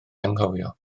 anghofio